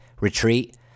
retreat